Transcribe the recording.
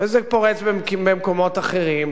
וזה פורץ במקומות אחרים,